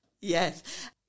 Yes